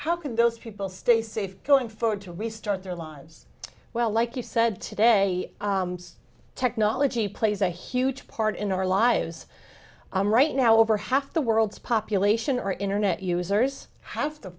how can those people stay safe going forward to restart their lives well like you said today technology plays a huge part in our lives right now over half the world's pop lation our internet users ha